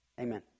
Amen